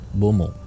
bomo